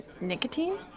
Nicotine